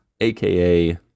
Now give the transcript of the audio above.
AKA